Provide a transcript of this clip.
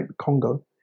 Congo